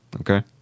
okay